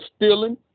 stealing